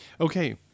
Okay